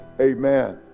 Amen